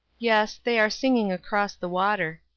yes, they are singing across the water.